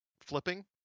flipping